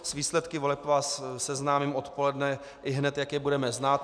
S výsledky voleb vás seznámím odpoledne, ihned jak je budeme znát.